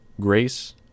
Grace